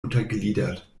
untergliedert